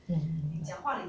mm